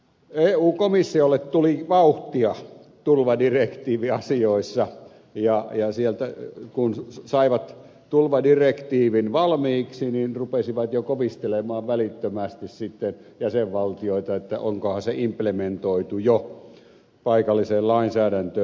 eu komissiolle tuli vauhtia tulvadirektiiviasioissa ja sieltä kun saivat tulvadirektiivin valmiiksi niin rupesivat jo sitten kovistelemaan välittömästi jäsenvaltioita että onkohan se implementoitu jo paikalliseen lainsäädäntöön